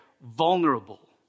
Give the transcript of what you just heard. vulnerable